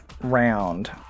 round